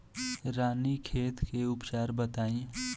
रानीखेत के उपचार बताई?